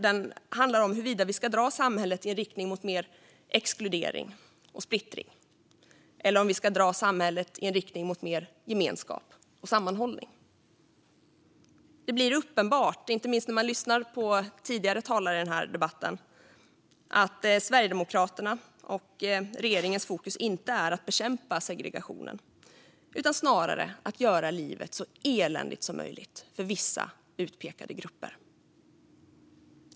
Det handlar om huruvida vi ska dra samhället i en riktning mot mer exkludering och splittring eller mot mer gemenskap och sammanhållning. När jag lyssnar på tidigare talare i denna debatt blir det uppenbart att Sverigedemokraternas och regeringens fokus inte är att bekämpa segregationen utan snarare att göra livet så eländigt som möjligt för vissa utpekade grupper.